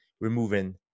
removing